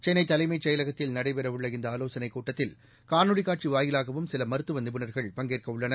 சென்னை தலைமைச் செயலகத்தில் நடைபெறவுள்ள இந்த ஆலோானைக் கூட்டத்தில் காணொலி காட்சி வாயிலாகவும் சில மருத்துவ நிபுணர்கள் பங்கேற்க உள்ளனர்